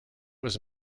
was